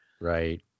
Right